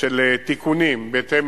של תיקונים בהתאם